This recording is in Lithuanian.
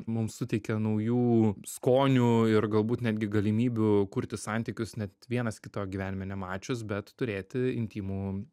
mums suteikia naujų skonių ir galbūt netgi galimybių kurti santykius net vienas kito gyvenime nemačius bet turėti intymų